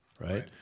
right